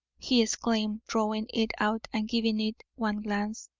he exclaimed, drawing it out and giving it one glance,